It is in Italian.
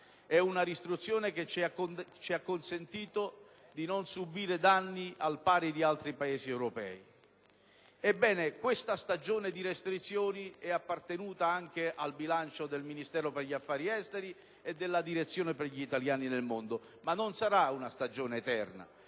è una restrizione che ci ha consentito di non subire danni al pari di altri Paesi europei. Ebbene, questa stagione di restrizioni è appartenuta anche al bilancio del Ministero degli affari esteri e della Direzione per gli italiani nel mondo, ma non sarà una stagione eterna: